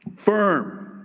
firm.